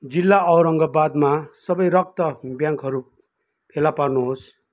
जिल्ला औरङ्गाबादमा सबै रक्त ब्याङ्कहरू फेला पार्नुहोस्